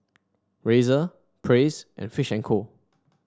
Razer Praise and Fish and Co